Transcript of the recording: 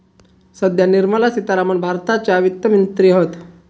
सध्या निर्मला सीतारामण भारताच्या वित्त मंत्री हत